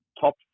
top